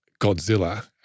Godzilla –